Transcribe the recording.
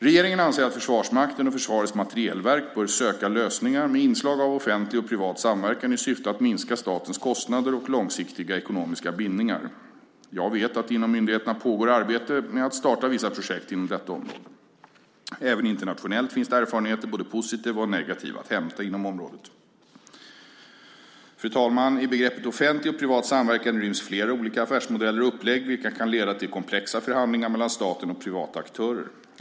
Regeringen anser att Försvarsmakten och Försvarets materielverk bör söka lösningar med inslag av offentlig och privat samverkan i syfte att minska statens kostnader och långsiktiga ekonomiska bindningar. Jag vet att det inom myndigheterna pågår arbete med att starta vissa projekt inom detta område. Även internationellt finns det erfarenheter, både positiva och negativa, att hämta inom området. Fru talman! I begreppet offentlig och privat samverkan ryms flera olika affärsmodeller och upplägg, vilka kan leda till komplexa förhandlingar mellan staten och privata aktörer.